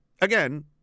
again